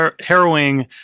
harrowing